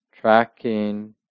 tracking